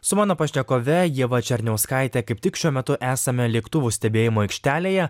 su mano pašnekove ieva černiauskaite kaip tik šiuo metu esame lėktuvų stebėjimo aikštelėje